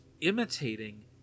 imitating